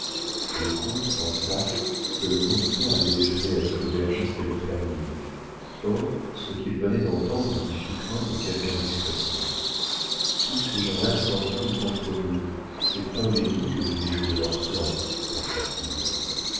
le comte pensa que le conducteur allait déjeuner avec l'aubergiste et le fermier or ce qu'il venait d'entendre lui fit craindre quelque indiscrétion tous ces gens-là s'entendent contre nous c'est pain bénit que de déjouer leurs plans pensa-t-il